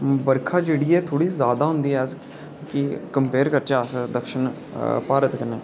बर्खा जेह्ड़ी ऐ थोह्ड़ी जादा होंदी ऐ कि कम्पेअर करचै अस दक्षिण भारत कन्नै